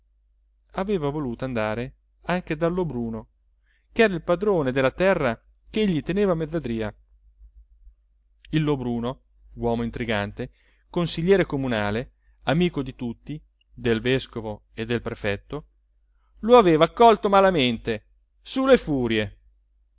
aveva voluto andare anche dal lobruno ch'era il padrone della terra ch'egli teneva a mezzadria il lobruno uomo intrigante consigliere comunale amico di tutti del vescovo e del prefetto lo aveva accolto malamente su le furie